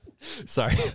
Sorry